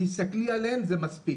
תסתכלי עליהם זה מספיק.